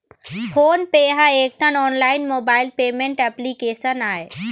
phone पे ह एकठन online mobile payment application आय